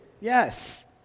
yes